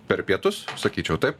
per pietus sakyčiau taip